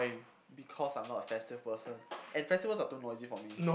because I'm not a festive person and festival are too noisy for me